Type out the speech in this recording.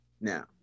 now